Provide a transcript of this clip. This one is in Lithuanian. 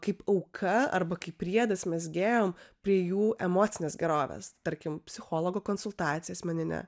kaip auka arba kaip priedas mezgėjom prie jų emocinės gerovės tarkim psichologo konsultacija asmeninė